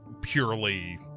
purely